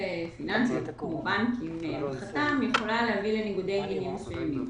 פיננסי יכולה להביא לניגודי עניינים מסוימים.